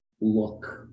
look